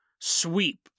sweep